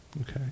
okay